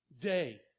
day